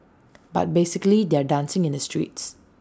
but basically they're dancing in the streets